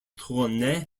tournai